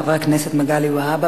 חבר הכנסת מגלי והבה,